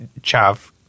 chav